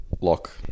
lock